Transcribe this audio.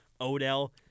Odell